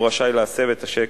הוא רשאי להסב את הצ'ק,